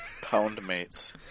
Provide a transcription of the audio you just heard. Poundmates